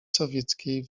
sowieckiej